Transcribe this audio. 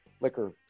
liquor